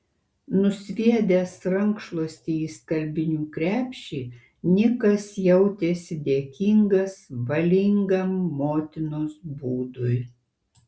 nusviedęs rankšluostį į skalbinių krepšį nikas jautėsi dėkingas valingam motinos būdui